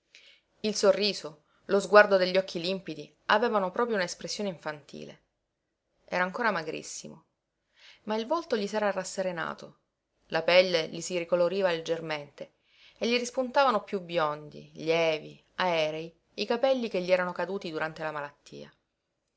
il sorriso lo sguardo degli occhi limpidi avevano proprio una espressione infantile era ancora magrissimo ma il volto gli s'era rasserenato la pelle gli si ricoloriva leggermente e gli rispuntavano piú biondi lievi aerei i capelli che gli erano caduti durante la malattia